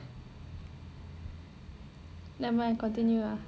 never mind continue lah